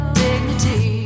dignity